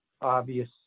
Obvious